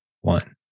one